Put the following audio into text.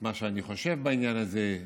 מה שאני חושב בעניין הזה.